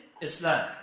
Islam